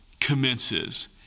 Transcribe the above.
commences